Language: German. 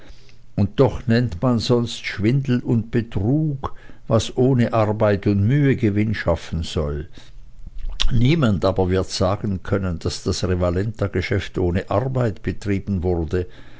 und doch nennt man sonst schwindel und betrug was ohne arbeit und mühe gewinn schaffen soll niemand aber wird sagen können daß das revalentageschäft ohne arbeit betrieben werde